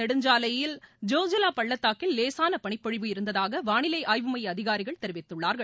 நெடுஞ்சாலையில் ஜோஜிவா பள்ளத்தாக்கில் லேசான பனிப்பொழிவு இருந்ததாக வானிலை ஆய்வு மைய அதிகாரிகள் தெரிவித்துள்ளார்கள்